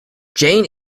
jane